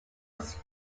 was